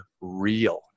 real